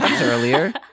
earlier